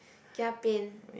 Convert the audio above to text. kia pain